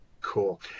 Cool